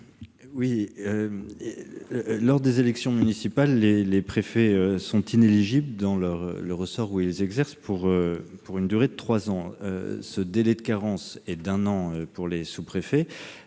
Lors des élections municipales, les préfets sont inéligibles dans le ressort où ils exercent pour une durée de trois ans ; ce délai de carence est d'un an pour les sous-préfets.